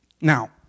Now